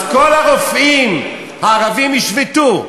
אז כל הרופאים הערבים ישבתו.